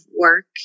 work